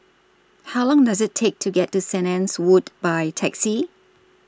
How Long Does IT Take to get to Saint Anne's Wood By Taxi